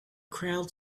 crowd